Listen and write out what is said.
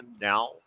now